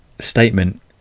Statement